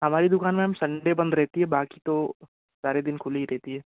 हमारी दुकान मैंम संडे बंद रहती है बाकि तो सारे दिन ही खुली रहती है